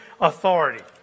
authority